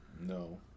no